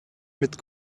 mit